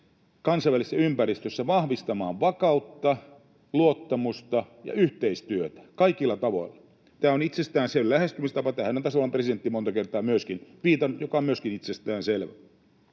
kansainvälisessä ympäristössä vahvistamaan vakautta, luottamusta ja yhteistyötä kaikilla tavoilla. Tämä on itsestäänselvä lähestymistapa. Tähän on myöskin tasavallan presidentti monta kertaa viitannut, mikä myöskin on itsestäänselvää.